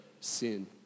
sin